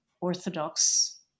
Orthodox